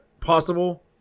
possible